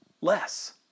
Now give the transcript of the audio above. less